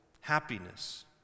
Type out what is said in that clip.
happiness